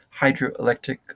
hydroelectric